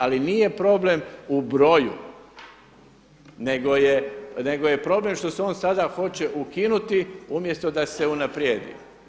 Ali nije problem u broju, nego je problem što se on sada hoće ukinuti umjesto da se unaprijedi.